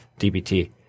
DBT